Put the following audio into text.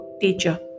teacher